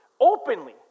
openly